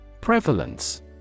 Prevalence